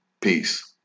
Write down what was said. Peace